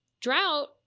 drought